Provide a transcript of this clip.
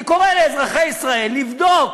אני קורא לאזרחי ישראל לבדוק